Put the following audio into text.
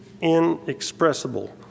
inexpressible